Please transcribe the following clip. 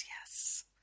yes